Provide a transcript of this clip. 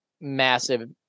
massive